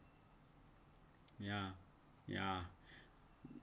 ya ya